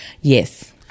Yes